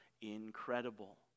incredible